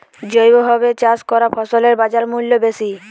জৈবভাবে চাষ করা ফসলের বাজারমূল্য বেশি